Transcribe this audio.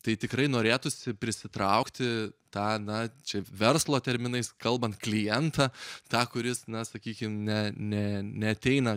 tai tikrai norėtųsi prisitraukti tą na čia verslo terminais kalbant klientą tą kuris na sakykim ne ne neateina